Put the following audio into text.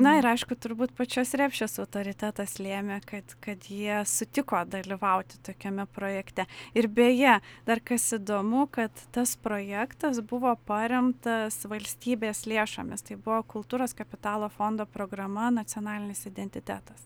na ir aišku turbūt pačios repšės autoritetas lėmė kad kad jie sutiko dalyvauti tokiame projekte ir beje dar kas įdomu kad tas projektas buvo paremtas valstybės lėšomis tai buvo kultūros kapitalo fondo programa nacionalinis identitetas